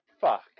Fuck